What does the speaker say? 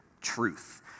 truth